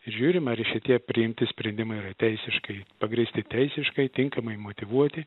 žiūrim ar šitie priimti sprendimai yra teisiškai pagrįsti teisiškai tinkamai motyvuoti